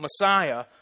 Messiah